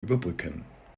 überbrücken